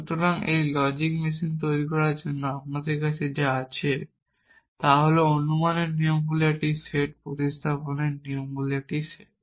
সুতরাং একটি logic machine তৈরি করার জন্য আপনার কাছে যা আছে তা হল অনুমানের নিয়মগুলির একটি সেট প্রতিস্থাপনের নিয়মগুলির একটি সেট